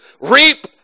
reap